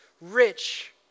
rich